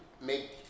make